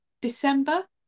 December